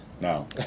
No